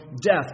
death